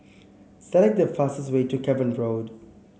select the fastest way to Cavan Road